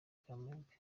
kamembe